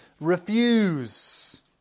refuse